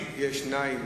2,